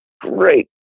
great